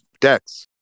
decks